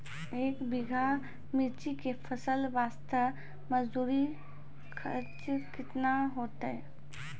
एक बीघा मिर्ची के फसल वास्ते मजदूरी खर्चा केतना होइते?